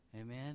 Amen